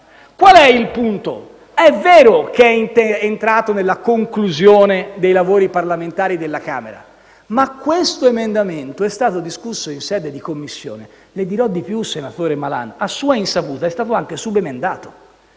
Qual è il punto? Sì, è vero che esso è arrivato alla conclusione dei lavori parlamentari della Camera, ma questo emendamento è stato discusso in sede di Commissione. E le dirò di più, senatore Malan: a sua insaputa è stato anche subemendato.